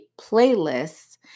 playlists